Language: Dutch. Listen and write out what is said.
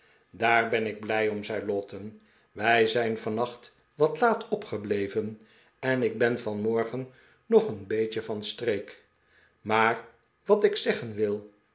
daar ben ik blij om zei lowten wij zijn vahnaeht wat laat opgebleven en ik ben vanmorgen nog een beetje van streek maar wat ik zeggen wil